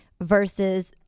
versus